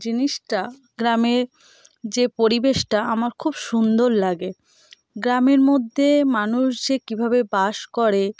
জিনিসটা গ্রামে যে পরিবেশটা আমার খুব সুন্দর লাগে গ্রামের মধ্যে মানুষ যে কীভাবে বাস করে